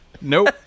Nope